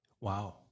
Wow